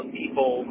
people